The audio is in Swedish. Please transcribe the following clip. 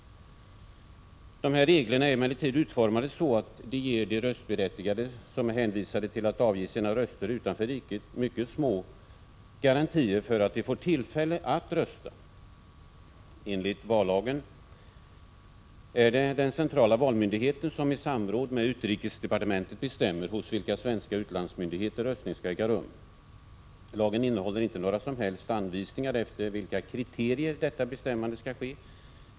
Dessa regler är emellertid utformade så att de ger de röstberättigade som är hänvisade till att avge sina röster utanför riket mycket små garantier för att de får tillfälle att rösta. Enligt vallagen är det den centrala valmyndigheten som i samråd med utrikesdepartementet bestämmer hos vilka svenska utlandsmyndigheter röstning skall äga rum. Lagen innehåller icke några som helst anvisningar efter vilka kriterier detta bestämmande skall ske.